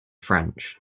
french